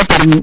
A പറഞ്ഞു